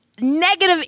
negative